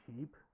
cheap